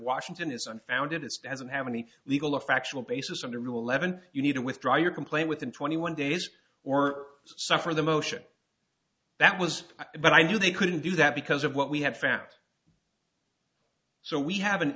washington is unfounded it's doesn't have any legal or factual basis under rule eleven you need to withdraw your complaint within twenty one days or suffer the motion that was but i knew they couldn't do that because of what we have found so we have an